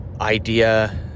idea